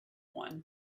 one